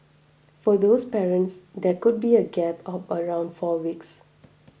for those parents there could then be a gap of around four weeks